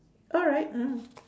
alright mmhmm